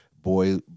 boy